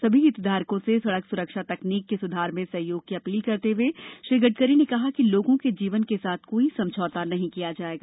सभी हितधारकों से सड़क सुरक्षा तकनीक के सुधार में सहयोग की अपील करते हुए श्री गडकरी ने कहा कि लोगों के जीवन के साथ कोई समझौता नहीं किया जाएगा